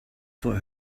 for